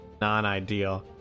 non-ideal